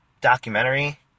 documentary